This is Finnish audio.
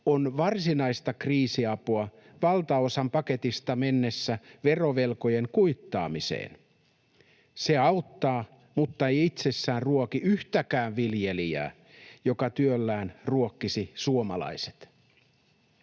on varsinaista kriisiapua valtaosan paketista mennessä verovelkojen kuittaamiseen. Se auttaa muttei itsessään ruoki yhtäkään viljelijää, joka työllään ruokkisi suomalaiset.